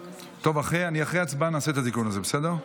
טוב, אחרי ההצבעה נעשה את התיקון הזה, בסדר?